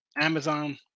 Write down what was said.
Amazon